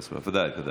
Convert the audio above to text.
בבקשה,